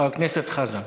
חבר הכנסת חזן.